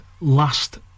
last